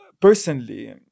personally